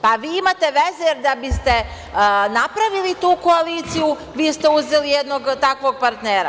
Pa, vi imate veze, jer da biste napravili tu koaliciju, vi ste uzeli jednog takvog partnera.